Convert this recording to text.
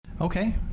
Okay